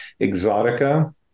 exotica